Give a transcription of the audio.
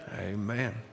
amen